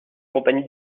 compagnie